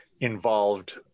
involved